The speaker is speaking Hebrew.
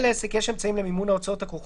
זה מה שנתנו לי לא יהיה לך הסדר.